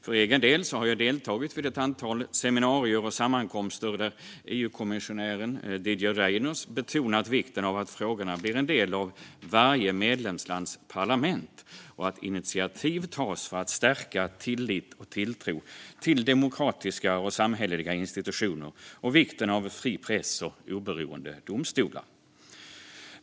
För egen del har jag deltagit vid ett antal seminarier och sammankomster där EU-kommissionären Didier Reynders betonat vikten av att frågorna blir en del av varje medlemslands parlament och att initiativ tas för att stärka tillit och tilltro till demokratiska och samhälleliga institutioner och vikten av en fri press och oberoende domstolar.